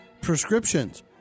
prescriptions